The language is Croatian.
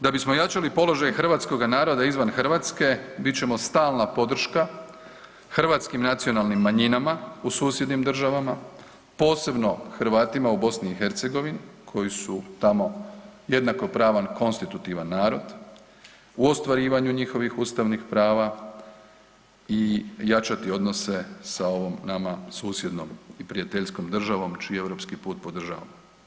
Da bismo jačali položaj hrvatskoga naroda izvan Hrvatske bit ćemo stalna podrška hrvatskim nacionalnim manjinama u susjednim državama, posebno Hrvatima u BiH koji su tamo jednakopravan konstitutivan narod, u ostvarivanju njihovih ustavnih prava i jačati odnose sa ovom nama susjednom i prijateljskom državom čiji europski put podržavamo.